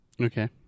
Okay